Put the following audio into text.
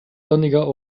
sonniger